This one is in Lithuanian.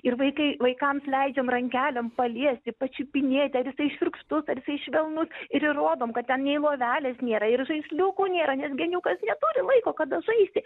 ir vaikai vaikams leidžiam rankelėm paliesti pačiupinėti ar jisai šiurkštus ar jisai švelnus ir įrodom kad ten nei lovelės nėra ir žaisliukų nėra nes geniukas neturi laiko kada žaisti